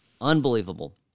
Unbelievable